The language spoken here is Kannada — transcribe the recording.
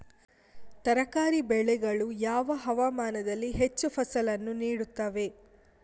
ತರಕಾರಿ ಬೆಳೆಗಳು ಯಾವ ಹವಾಮಾನದಲ್ಲಿ ಹೆಚ್ಚು ಫಸಲನ್ನು ನೀಡುತ್ತವೆ?